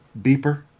beeper